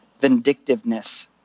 vindictiveness